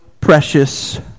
precious